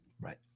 Right